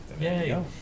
Yay